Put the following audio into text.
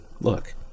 look